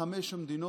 חמש המדינות.